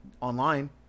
online